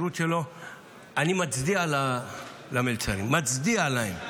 אני מצדיע למלצרים, מצדיע להם.